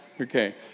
Okay